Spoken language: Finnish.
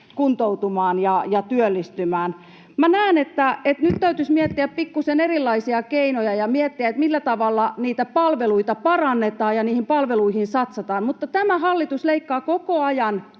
kuntoutumaan ja työllistymään? Minä näen, että nyt täytyisi miettiä pikkuisen erilaisia keinoja ja miettiä, millä tavalla niitä palveluita parannetaan ja niihin palveluihin satsataan. Mutta tämä hallitus leikkaa koko ajan